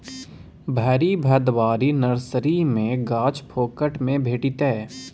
भरि भदवारी नर्सरी मे गाछ फोकट मे भेटितै